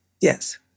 yes